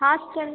hostel